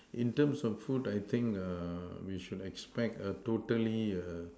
in terms of food I think err we should expect a totally err